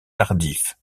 tardif